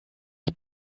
das